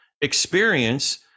experience